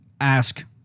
ask